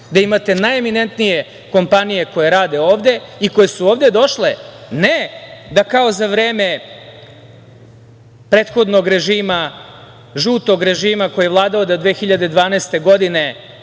gde imate najeminentnije kompanije koje rade ovde i koje su ovde došle ne da kao za vreme prethodnog režima, žutog režima koji je vladao do 2012. godine,